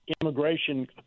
immigration